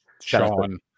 sean